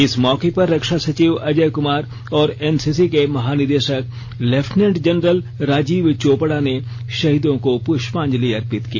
इस मौके पर रक्षा सचिव अजय कुमार और एनसीसी के महानिदेशक लेफ्टिनेंट जनरल राजीव चोपड़ा ने शहीदों को पूष्यांजलि अर्पित की